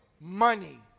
money